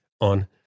on